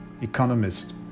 economist